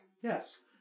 Yes